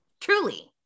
Truly